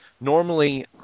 Normally